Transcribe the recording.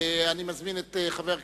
אני מזמין את חבר הכנסת,